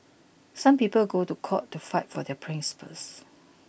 some people go to court to fight for their principles